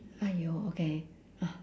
!aiyo! okay ah